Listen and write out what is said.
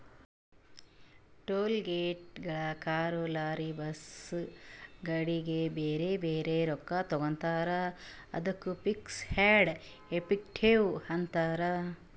toll ಗೇಟ್ನಾಗ್ car, lorry, bus, ಗಾಡಿಗ ಬ್ಯಾರೆ ಬ್ಯಾರೆ ರೊಕ್ಕಾ ತಗೋತಾರ್ ಅದ್ದುಕ ಫೀಸ್ ಆ್ಯಂಡ್ ಎಫೆಕ್ಟಿವ್ ಅಂತಾರ್